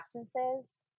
absences